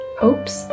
hopes